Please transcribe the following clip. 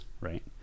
right